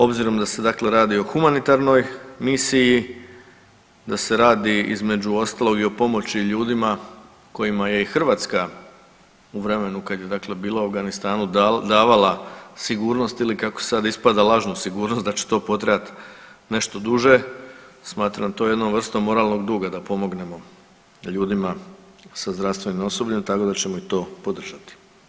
Obzirom da se radi o humanitarnoj misiji, da se radi između ostalog i o pomoći ljudima kojima je i Hrvatska u vremenu kad je bila u Afganistanu davala sigurnost ili kako sada ispada lažnu sigurnost da će to potrajat nešto duže smatram to jednom vrstom moralnog duga da pomognemo ljudima sa zdravstvenim osobljem tako da ćemo i to podržati.